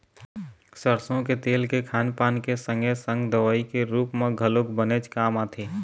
सरसो के तेल के खान पान के संगे संग दवई के रुप म घलोक बनेच काम आथे